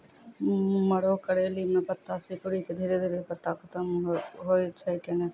मरो करैली म पत्ता सिकुड़ी के धीरे धीरे पत्ता खत्म होय छै कैनै?